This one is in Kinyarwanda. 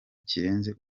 kirenze